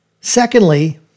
Secondly